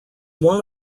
one